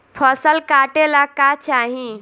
फसल काटेला का चाही?